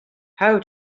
how